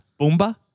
Boomba